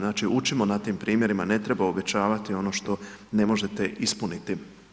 Znači, učimo na tim primjerima, ne treba obećavati ono što ne možete ispuniti.